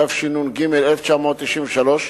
התשנ"ג 1993,